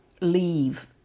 Leave